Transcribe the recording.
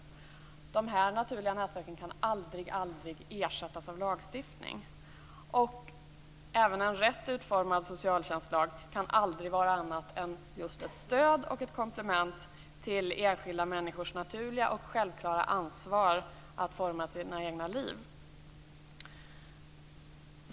De naturliga nätverken kan aldrig ersättas av lagstiftning. Även en rätt utformad socialtjänstlag kan aldrig vara annat än just ett stöd och ett komplement till enskilda människors naturliga och självklara ansvar att forma sina egna liv.